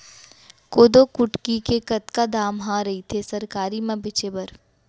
कोदो कुटकी के कतका दाम ह रइथे सरकारी म बेचे बर?